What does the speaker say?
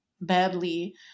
badly